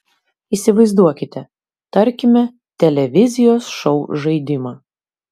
įsivaizduokite tarkime televizijos šou žaidimą